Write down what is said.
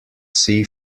see